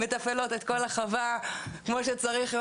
מתפעלות את כל החווה כמו שצריך.